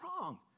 wrong